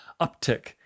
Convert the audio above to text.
uptick